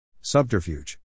Subterfuge